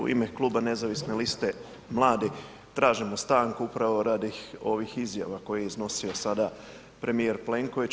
U ime kluba Nezavisne liste mladih tražimo stanku upravo radi ovih izjava koje je iznosio sada premijer Plenković.